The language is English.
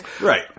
Right